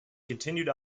continued